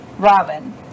Robin